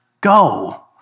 go